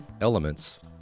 Elements